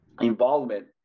involvement